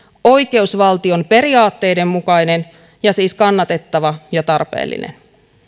oikeusvaltion periaatteiden mukainen ja siis kannatettava ja tarpeellinen